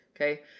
okay